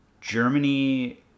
Germany